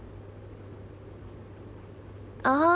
(uh huh)